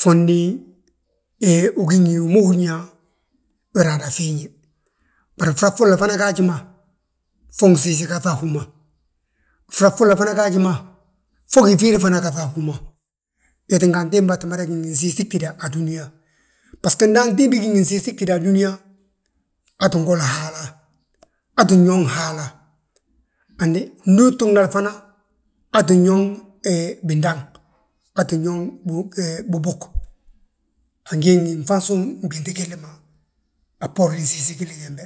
fondi he ugí ngi wi ma húrin yaa, we raana fiiñe. Bari fras folla gaaji ma fo nsiisi gaŧ a húma, fras folla fana gaaji ma, fo gifiiri fana gaŧ a hú ma. Wee tínga antimbi maa mmada gí ngi nsiisi gtída a dúniyaa. Bbasgo nda antimbi gí ngi nsiisi gtída a dúniyaa, aa ttin goli Haala, aa ttin yooŋ Haala, handu ndu tuugnali fana, aa ttin yooŋ he bindaŋ, aa ttin yooŋ bibúg. Angí ngi nfansúŋ ginɓinti gilli ma a bboorin nsiisi gilli gembe.